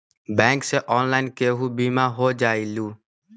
Bank से online केहु बिमा हो जाईलु?